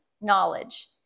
knowledge